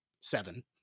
seven